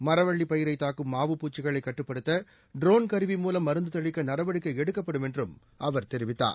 மரவள்ளி பயிரைத் தாக்கும் மாவுப்பூச்சிகளை கட்டுப்படுத்த ட்ரோன் கருவி மூலம் மருந்து தெளிக்க நடவடிக்கை எடுக்கப்படும் என்றும் அவர் தெரிவித்தார்